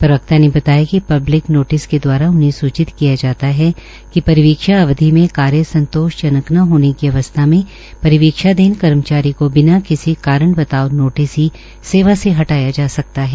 प्रवक्ता ने बताया कि पब्लिक नोटिस् के द्वारा उन्हें सूचित किया जाता है कि परिवीक्षा अवधि में कार्य संतोषजनक न होने की अवस्था में परिवीक्षाधीन कर्मचारी को बिना किसी कारण बताओं नोटिस ही सेवा से हटाया जा सकता है